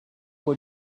were